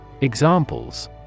Examples